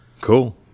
Cool